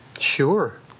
Sure